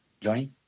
Johnny